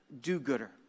do-gooder